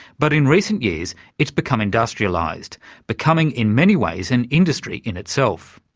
but in recent years it's become industrialised becoming in many ways an industry in itself.